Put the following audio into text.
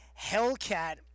Hellcat